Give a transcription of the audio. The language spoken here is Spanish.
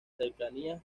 cercanías